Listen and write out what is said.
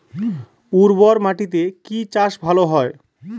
উর্বর মাটিতে কি চাষ ভালো হয়?